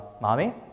Mommy